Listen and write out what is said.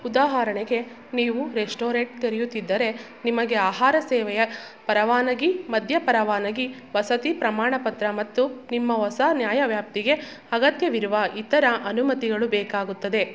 ಉದಾಹರಣೆಗೆ ನೀವು ರೆಸ್ಟೊರೆಂಟ್ ತೆರೆಯುತ್ತಿದ್ದರೆ ನಿಮಗೆ ಆಹಾರ ಸೇವೆಯ ಪರವಾನಗಿ ಮದ್ಯ ಪರವಾನಗಿ ವಸತಿ ಪ್ರಮಾಣಪತ್ರ ಮತ್ತು ನಿಮ್ಮ ಹೊಸ ನ್ಯಾಯ ವ್ಯಾಪ್ತಿಗೆ ಅಗತ್ಯವಿರುವ ಇತರ ಅನುಮತಿಗಳು ಬೇಕಾಗುತ್ತದೆ